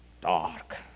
dark